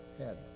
head